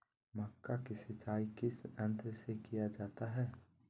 मक्का की सिंचाई किस यंत्र से किया जाता है?